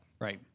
Right